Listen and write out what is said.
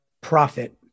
profit